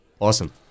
Awesome